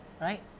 Right